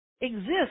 exist